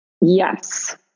yes